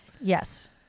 Yes